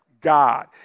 God